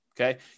okay